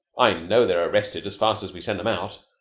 i know they're arrested as fast as we send them out,